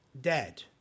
dead